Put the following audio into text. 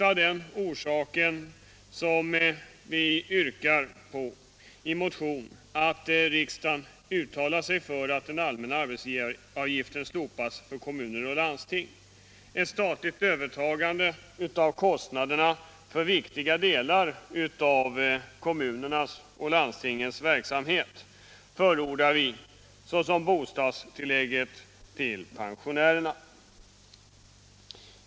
Av den orsaken yrkar vi i vår motion att riksdagen uttalar sig för att den allmänna arbetsgivaravgiften slopas för kommuner och landsting. Vi förordar ett statligt övertagande av kostnaderna för viktiga delar av kommunernas och landstingens verksamhet, t.ex. kostnaderna för bostadstillägg till pensionärerna.